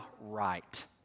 right